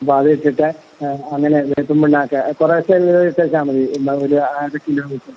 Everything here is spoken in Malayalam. വാഴ വച്ചിട്ട് അങ്ങനെ വേപ്പിൻ പിണ്ണാക്ക് കുറേശ്ശെയെല്ലാം ഇട്ടേച്ചാൽ മതി എന്നാൽ ഒരു അരക്കിലോ വച്ച്